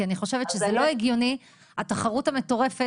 כי אני חושבת שזה לא הגיוני התחרות המטורפת